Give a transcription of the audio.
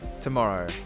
tomorrow